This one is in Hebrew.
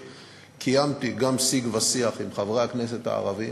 קיימתי שיג ושיח עם חברי הכנסת הערבים,